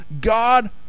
God